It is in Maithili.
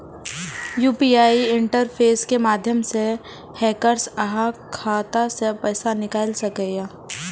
यू.पी.आई इंटरफेस के माध्यम सं हैकर्स अहांक खाता सं पैसा निकालि सकैए